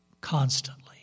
constantly